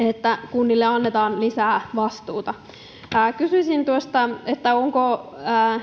kunnille annetaan lisää vastuuta kysyisin tuosta että onko